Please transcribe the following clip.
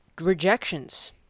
Rejections